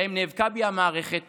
שבהם נאבקה בי המערכת